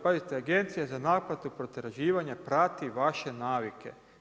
Pazite Agencija za naplatu potraživanja prati vaše navike.